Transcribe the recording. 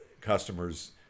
customers